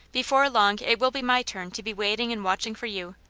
before long it will be my turn to be waiting and watching for you.